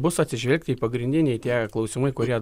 bus atsižvelgti į pagrindiniai tie klausimai kurie